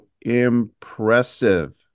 impressive